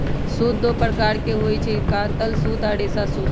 सूत दो प्रकार के होई छई, कातल सूत आ रेशा सूत